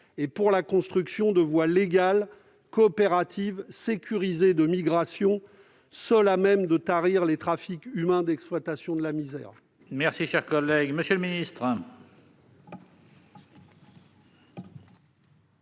-et pour la construction de voies légales, coopératives et sécurisées de migration, seules à même de tarir les trafics humains d'exploitation de la misère